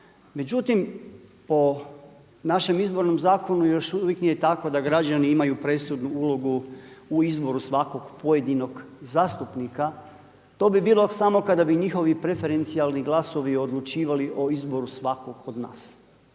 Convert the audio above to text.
Međutim, po našem Izbornom zakonu još uvijek nije tako da građani imaju presudnu ulogu u izboru svakog pojedinog zastupnika, to bi bilo samo kada bi njihovi preferencijalni glasovi odlučivali o izboru svakog od nas.